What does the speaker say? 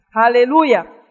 Hallelujah